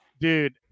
Dude